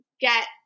get